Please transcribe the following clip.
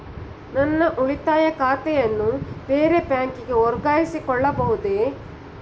ನನ್ನ ಉಳಿತಾಯ ಖಾತೆಯನ್ನು ಬೇರೆ ಬ್ಯಾಂಕಿಗೆ ವರ್ಗಾಯಿಸಿಕೊಳ್ಳಬಹುದೇ?